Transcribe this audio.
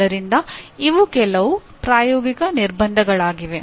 ಆದ್ದರಿಂದ ಇವು ಕೆಲವು ಪ್ರಾಯೋಗಿಕ ನಿರ್ಬಂಧಗಳಾಗಿವೆ